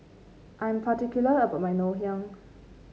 I am particular about my Ngoh Hiang